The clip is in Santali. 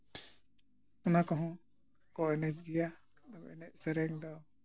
ᱚᱱᱟ ᱠᱚᱦᱚᱸ ᱠᱚ ᱮᱱᱮᱡ ᱜᱮᱭᱟ ᱟᱫᱚ ᱮᱱᱮᱡ ᱥᱮᱨᱮᱧ ᱫᱚ